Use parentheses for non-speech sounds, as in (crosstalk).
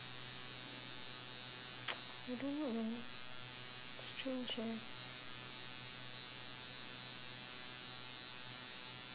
(noise) I don't know man strange eh